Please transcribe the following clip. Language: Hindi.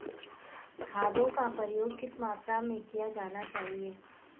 खादों का प्रयोग किस मात्रा में किया जाना चाहिए?